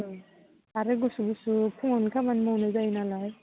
औ आरो गुसु गुसु फुङावनो खामानि मावनाय जायो नालाय